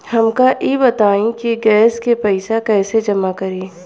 हमका ई बताई कि गैस के पइसा कईसे जमा करी?